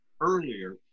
earlier